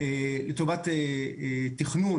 תכנון